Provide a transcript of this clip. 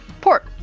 port